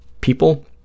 people